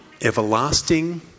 everlasting